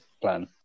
plan